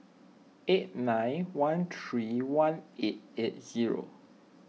eight nine one three one eight eight zero